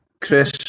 Chris